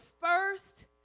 first